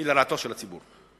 הן לרעתו של הציבור.